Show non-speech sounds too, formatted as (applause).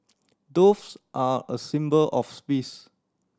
doves are a symbol of (unintelligible)